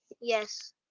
Yes